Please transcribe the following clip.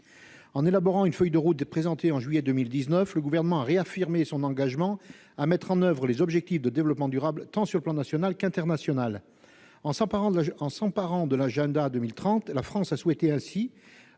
en élaborant une feuille de route de présenter en juillet 2019, le gouvernement a réaffirmé son engagement à mettre en oeuvre les objectifs de développement durable, tant sur le plan national qu'international, en s'emparant de en s'emparant de l'agenda 2030 la France a souhaité ainsi